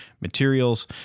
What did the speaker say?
materials